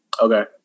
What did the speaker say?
Okay